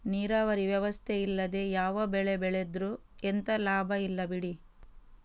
ನೀರಾವರಿ ವ್ಯವಸ್ಥೆ ಇಲ್ಲದೆ ಯಾವ ಬೆಳೆ ಬೆಳೆದ್ರೂ ಎಂತ ಲಾಭ ಇಲ್ಲ ಬಿಡಿ